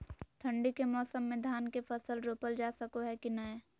ठंडी के मौसम में धान के फसल रोपल जा सको है कि नय?